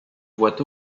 voient